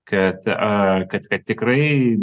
kad a kad kad tikrai